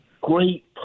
great